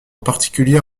particulier